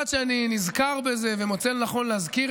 סיבה אחת לכך שאני נזכר בזה ומוצא לנכון להזכיר